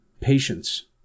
patience